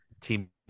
team